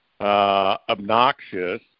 obnoxious